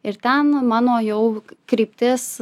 ir ten mano jau kryptis